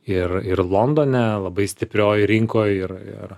ir ir londone labai stiprioj rinkoj ir ir